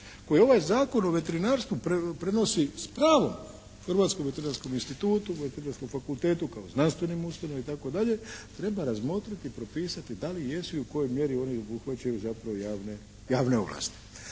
je ovaj Zakon o veterinarstvu prenosi s pravom Hrvatskom veterinarskom institutu, Veterinarskom fakultetu kao znanstvenih ustanovama itd. treba razmotriti i propisati da li jesu i u kojoj mjeri oni obuhvaćaju zapravo javne ovlasti.